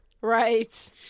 Right